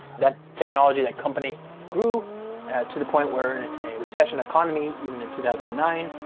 that technology, that company grew to the point where and in a recession economy, even in two thousand and nine,